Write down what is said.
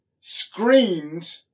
Screamed